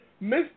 Miss